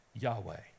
Yahweh